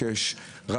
אם אתה מעלה מחירים,